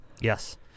Yes